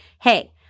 Hey